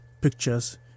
pictures